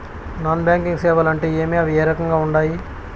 non banking సేవలు అంటే ఏమి అవి ఏ రకంగా ఉండాయి